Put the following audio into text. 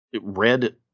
red